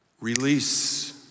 Release